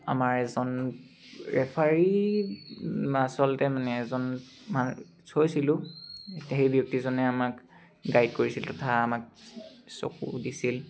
আমাৰ এজন ৰেফাৰী আচলতে মানে এজন মানে থৈছিলোঁ সেই ব্যক্তিজনে আমাক গাইড কৰিছিল তথা আমাক চকু দিছিল